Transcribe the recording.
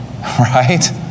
right